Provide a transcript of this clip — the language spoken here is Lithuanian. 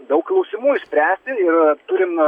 daug klausimų išspręsti ir turim